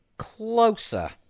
closer